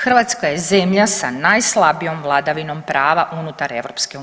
Hrvatska je zemlja sa najslabijom vladavinom prava unutar EU.